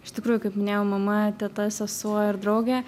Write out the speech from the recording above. iš tikrųjų kaip minėjau mama teta sesuo ir draugė